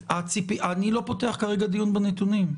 אני לא פותח כרגע דיון בנתונים.